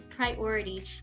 priority